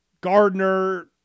Gardner